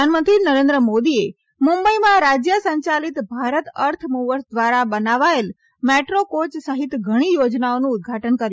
પ્રધાનમંત્રી નરેન્દ્ર મોદીએ મુંબઈમાં રાજય સંચાલિત ભારત અર્થ મુવર્સ ધ્વારા બનાવાયેલ મેટ્રો કોચ સહિત ઘણી યોજનાઓનું ઉદઘાટન કર્યુ